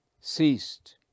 ceased